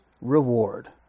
reward